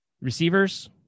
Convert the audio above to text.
Receivers